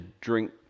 drink